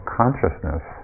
consciousness